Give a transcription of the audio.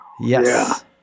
Yes